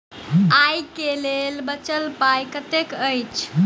आइ केँ लेल बचल पाय कतेक अछि?